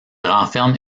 renferme